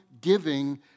giving